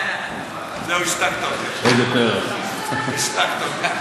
זהו, השתקת אותי עכשיו, השתקת אותי.